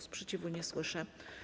Sprzeciwu nie słyszę.